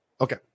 Okay